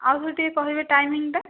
ଆଉ ଥରେ ଟିକିଏ କହିବେ ଟାଇମିଂଟା